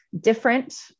different